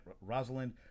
Rosalind